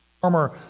former